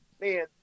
man